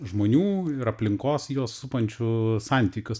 žmonių ir aplinkos juos supančių santykius